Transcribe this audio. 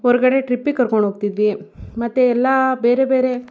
ಹೊರ್ಗಡೆ ಟ್ರಿಪ್ಪಿಗೆ ಕರ್ಕೊಂಡು ಹೋಗ್ತಿದ್ವಿ ಮತ್ತೆ ಎಲ್ಲ ಬೇರೆ ಬೇರೆ